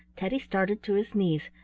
teddy started to his knees,